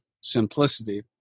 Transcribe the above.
simplicity